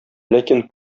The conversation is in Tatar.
ләкин